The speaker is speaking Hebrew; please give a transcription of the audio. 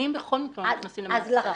--- קטינים בכל מקרה לא נכנסים למאסר.